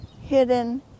hidden